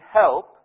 help